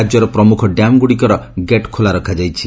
ରାଜ୍ୟର ପ୍ରମୁଖ ଡ୍ୟାମ୍ଗୁଡ଼ିକର ଗେଟ୍ ଖୋଲା ରଖାଯାଇଛି